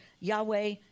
yahweh